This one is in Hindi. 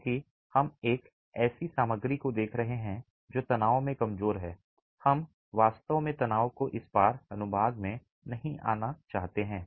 क्योंकि हम एक ऐसी सामग्री को देख रहे हैं जो तनाव में कमजोर है हम वास्तव में तनाव को इस पार अनुभाग में नहीं आना चाहते हैं